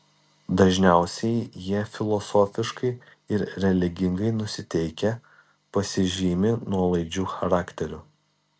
dažniausiai jie filosofiškai ir religingai nusiteikę pasižymi nuolaidžiu charakteriu